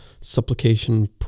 supplication